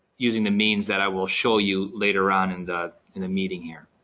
using the means that i will show you later on in the in the meeting here.